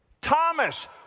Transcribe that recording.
Thomas